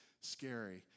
scary